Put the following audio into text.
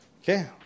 Okay